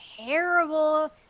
terrible